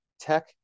tech